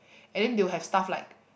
and then they will have stuff like